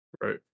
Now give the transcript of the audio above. Right